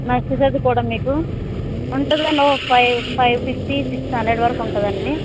నచ్చుతుంది కూడా మీకు ఉంటుందండి ఒక five five fifty six hundred వరకు ఉంటుందండి